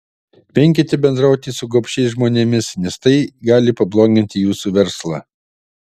venkite bendrauti su gobšiais žmonėmis nes tai gali pabloginti jūsų verslą